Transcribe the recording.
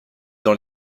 dans